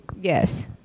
Yes